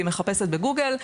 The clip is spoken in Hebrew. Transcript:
היא מחפשת בגוגל,